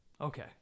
okay